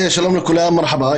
שלום לכולם, מרחבא.